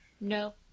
No